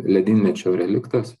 ledynmečio reliktas